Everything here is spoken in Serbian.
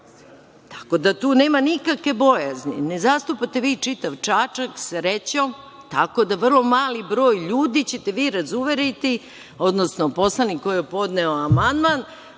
Tako da tu nema nikakve bojazni. Ne zastupate vi čitav Čačak, srećom, tako da vrlo mali broj ljudi ćete vi razuveriti, odnosno poslanik koji je podneo amandman,